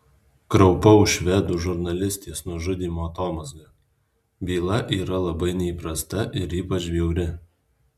kraupaus švedų žurnalistės nužudymo atomazga byla yra labai neįprasta ir ypač bjauri